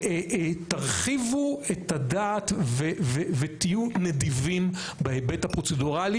תרחיבו את הדעת ותהיו נדיבים בהיבט הפרוצדורלי,